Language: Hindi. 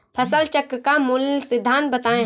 फसल चक्र का मूल सिद्धांत बताएँ?